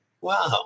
wow